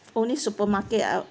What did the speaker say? only supermarket out